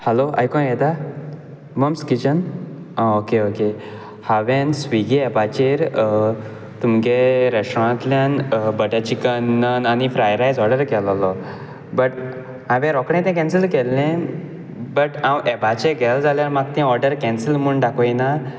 hello आयकूंक येता Mom's Kitchen आं ओके ओके हांवें स्विगी ऍपाचेर तुमगे रेस्टॉरंतांतल्यान बटर चिकन नन आनी फ्राइड राइस ऑर्डर केलोलो बट हांवें रोखडें तें कॅन्सील केल्लें बट हांव ऍपाचे गेल जाल्यार म्हाक तें ऑर्डर कॅन्सीन म्हूण दाखयना